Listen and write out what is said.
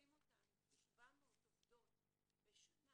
עוזבים אותנו 700 עובדות בשנה